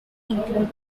include